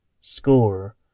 score